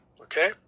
Okay